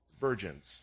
virgins